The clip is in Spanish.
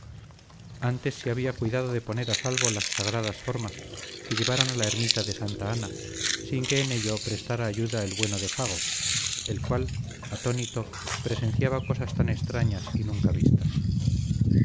antes se había cuidado de poner a salvo las sagradas formas que llevaron a la ermita de santa ana sin que en ello prestara ayuda el bueno de fago el cual atónito presenciaba cosas tan extrañas y nunca vistas